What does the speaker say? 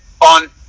on